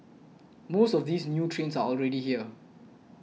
most of these new trains are already here